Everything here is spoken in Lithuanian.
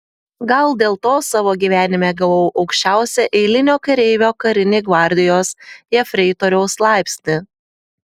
gal dėl to savo gyvenime gavau aukščiausią eilinio kareivio karinį gvardijos jefreitoriaus laipsnį